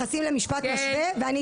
לעשות אכיפה ולסגור מועדונים.